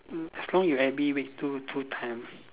uh so you every week do two time